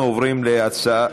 ובקריאה שלישית.